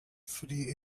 free